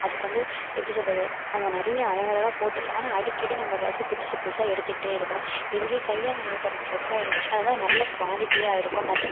அதுக்கு வந்து எப்படி சொல்கிறது நம்ம நிறைய அலகழகா போட்டுக்கலாம் ஆனால் அடிக்கடி நம்ம ட்ரெஸ்ஸு புதுசு புதுசாக எடுத்துக்கிட்டே இருக்கணும் இதுவே கையால் நெய்யப்பட்ட ட்ரெஸ்ஸாக இருந்துச்சுன்னா அதெல்லாம் நல்ல குவாலிட்டியாக இருக்கும் நல்ல